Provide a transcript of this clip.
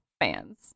fans